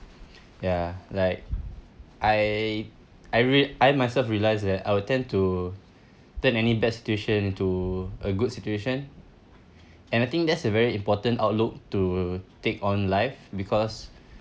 ya like I I rea~ I myself realize that I would tend to turn any bad situation to a good situation and I think that's a very important outlook to take on life because